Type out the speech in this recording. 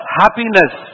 happiness